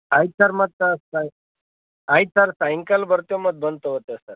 ಆಯ್ತು ಸರ್ ಮತ್ತು ಸಹ ಆಯ್ತು ಸರ್ ಸಾಯಂಕಾಲ ಬರ್ತೀವಿ ಮತ್ತು ಬಂದು ತಗೊಳ್ತೇವೆ ಸರ್